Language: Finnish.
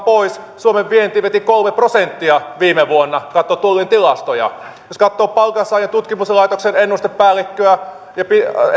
pois suomen vienti veti kolme prosenttia viime vuonna kun katsoi tullin tilastoja jos katsoo palkansaajien tutkimuslaitoksen ennustepäällikköä ja